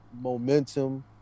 momentum